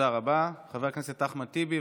חבר הכנסת אחמד טיבי.